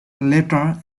later